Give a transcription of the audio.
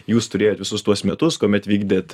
jūs turėjot visus tuos metus kuomet vykdėt